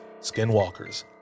skinwalkers